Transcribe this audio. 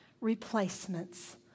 replacements